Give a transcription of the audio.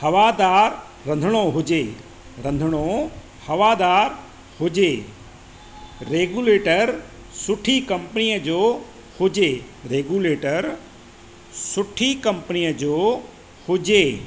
हवादार रंधिणो हुजे रंधिणो हवादार हुजे रेगुलेटर सुठी कंपनी जो हुजे रेगुलेटर सुठी कंपनी जो हुजे